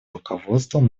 руководством